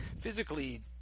physically